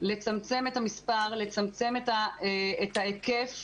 לצמצם את המספר, לצמצם את ההיקף.